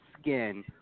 skin